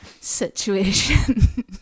situation